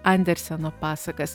anderseno pasakas